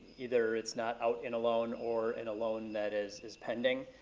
either it's not out in a loan or in a loan that is is pending.